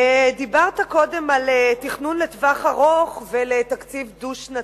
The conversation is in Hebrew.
דיברת קודם על תכנון לטווח ארוך ותקציב דו-שנתי.